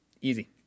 easy